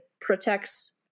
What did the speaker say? protects